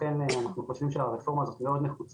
לכן סנקציות פליליות בהקשר הספציפי הזה הן פחות רלוונטיות אבל